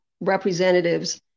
representatives